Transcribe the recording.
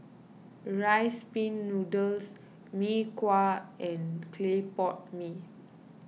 Rice Pin Noodles Mee Kuah and Clay Pot Mee